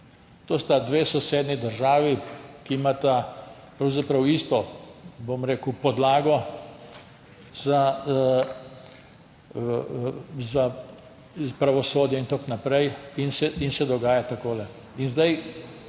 To sta dve sosednji državi, ki imata pravzaprav isto, bom rekel, podlago za pravosodje in tako naprej, in se dogaja takole. Mislim,